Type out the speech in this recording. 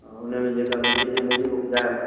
हा उन में जेका पैकेजिंग उहा ॿुधायो